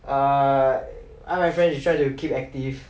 err I and my friends we try to keep active